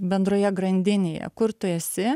bendroje grandinėje kur tu esi